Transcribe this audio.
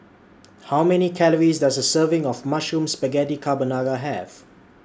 How Many Calories Does A Serving of Mushroom Spaghetti Carbonara Have